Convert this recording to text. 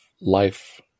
life